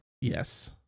yes